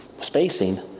spacing